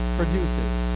produces